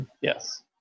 yes